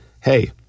hey